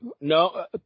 No